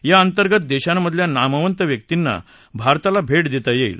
या अंतर्गत या देशांमधल्या नामवंत व्यक्तींना भारताला भेट देता येईल